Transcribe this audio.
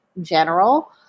general